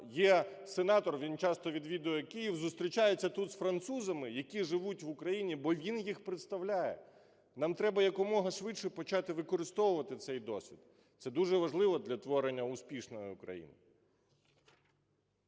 Є сенатор, він часто відвідує Київ, зустрічається тут з французами, які живуть в Україні, бо він їх представляє. Нам треба якомога швидше почати використовувати цей досвід. Це дуже важливо для творення успішної України.